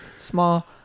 small